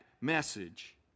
message